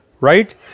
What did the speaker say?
right